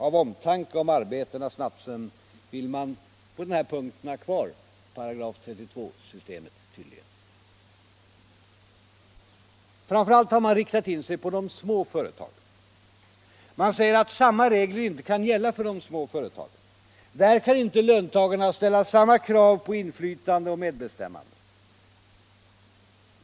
Av omtanke om arbetarnas nattsömn vill man tydligen på denna punkt ha kvar § 32-systemet. Framför allt har man riktat in sig på de små företagen. Man säger att samma regler inte kan gälla för de små företagen. Där kan inte löntagarna ställa samma krav på inflytande och medbestämmande.